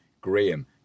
Graham